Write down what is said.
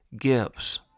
gives